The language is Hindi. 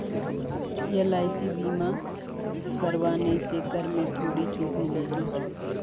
एल.आई.सी बीमा करवाने से कर में थोड़ी छूट मिलेगी